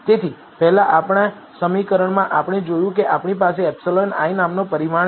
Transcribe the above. તેથી પહેલાં આપણા સમીકરણમાં આપણે જોયું કે આપણી પાસે εi નામનો પરિમાણ છે